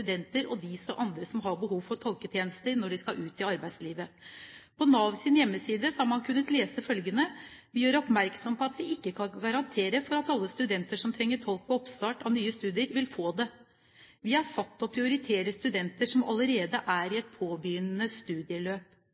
og andre som har behov for tolketjenester, når de skal ut i arbeidslivet. På Navs hjemmeside har man kunnet lese følgende: «Vi gjør oppmerksom på at vi ikke kan garantere for at alle studenter som trenger tolk ved oppstart av nye studier vil få det. Vi er satt til å prioritere studenter som allerede er i et pågående studieløp.»